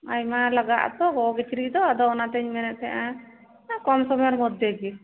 ᱟᱭᱢᱟ ᱞᱟᱜᱟᱜ ᱟᱛᱳ ᱜᱚᱜᱚ ᱠᱤᱪᱨᱤᱡ ᱫᱚ ᱟᱫᱚ ᱚᱱᱟᱛᱤᱧ ᱢᱮᱱᱮᱫ ᱛᱟᱦᱮᱱᱟ ᱠᱚᱢ ᱥᱳᱢᱮᱨ ᱢᱚᱫᱫᱷᱮ ᱜᱮ